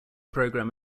programme